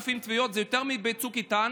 מ-5,000 תביעות, זה יותר מבצוק איתן,